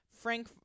Frank